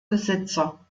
besitzer